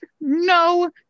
no